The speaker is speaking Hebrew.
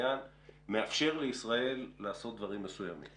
הזה מאפשר לישראל לעשות דברים מסוימים.